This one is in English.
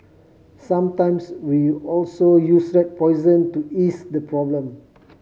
sometimes we also use rat poison to ease the problem